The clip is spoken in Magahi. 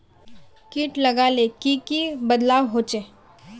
किट लगाले से की की बदलाव होचए?